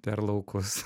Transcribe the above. per laukus